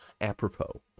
apropos